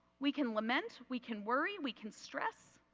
we can lament. we can worry, we can stress.